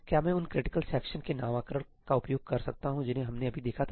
क्या मैं उन क्रिटिकल सेक्शन के नामकरण का उपयोग कर सकता हूं जिन्हें हमने अभी देखा था